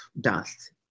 dust